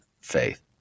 faith